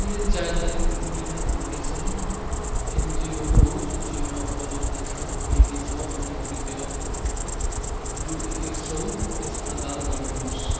के Childline India Foundation एनजिओको सूचीमा उपलब्ध छ यदि छ भने कृपया रु एक सौ यसमा दान गर्नुहोस्